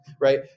right